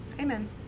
Amen